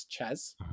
Chaz